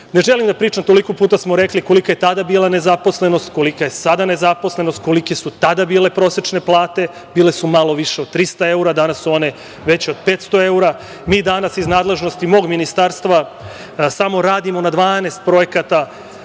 Ne želim da pričam, toliko puta smo rekli, kolika je tada bila nezaposlenost, kolika je sada nezaposlenost, kolike su tada bile prosečne plate, bile su malo više od 300 evra, danas su one veće od 500 evra. Mi danas, iz nadležnosti mog ministarstva, samo radimo na 12 projekata,